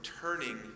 turning